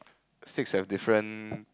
steaks have different